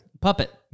Puppet